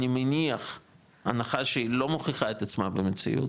אני מניח הנחה שהיא לא מוכיחה את עצמה במציאות,